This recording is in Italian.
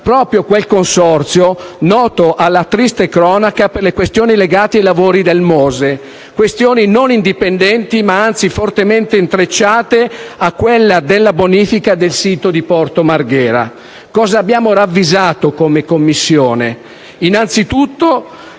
proprio quello noto alla triste cronaca per le questioni legate ai lavori del MOSE; questioni non indipendenti, ma anzi fortemente intrecciate a quelle della bonifica del sito di Porto Marghera. Come Commissione abbiamo innanzitutto